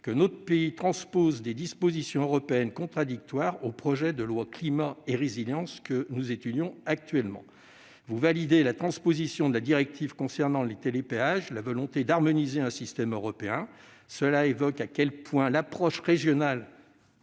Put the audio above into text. que notre pays transpose des dispositions européennes contradictoires avec le projet de loi Climat et résilience que nous étudions actuellement. Vous validez, par la transposition de la directive concernant les télépéages, la volonté d'harmoniser un système européen. Cela montre à quel point votre approche régionale